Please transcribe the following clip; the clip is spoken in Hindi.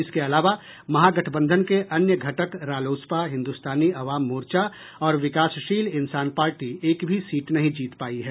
इसके अलावा महागठबंधन के अन्य घटक रालोसपा हिंदुस्तानी आवाम मोर्चा और विकासशील इंसान पार्टी एक भी सीट नहीं जीत पायी है